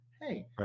hey